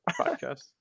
podcast